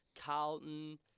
Carlton